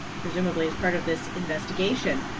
presumably as part of this investigation.